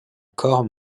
corps